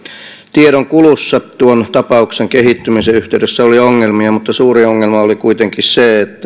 tiedonkulussa tuon tapauksen kehittymisen yhteydessä oli ongelmia mutta suurin ongelma oli kuitenkin se että se